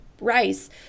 rice